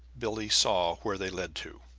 billie saw where they led to.